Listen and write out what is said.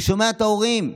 אני שומע את ההורים,